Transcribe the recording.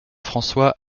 françois